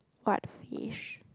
what fish